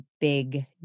big